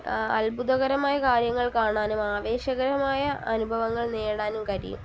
അത്ഭുതകരമായ കാര്യങ്ങൾ കാണാനും ആവേശകരമായ അനുഭവങ്ങൾ നേടാനും കഴിയും